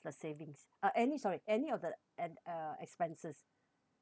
the savings uh any sorry any of the ex~ uh expenses